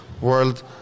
world